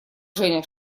женя